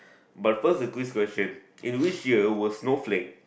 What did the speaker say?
but first the quiz question in which year was snowflake